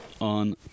on